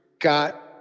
got